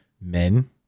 men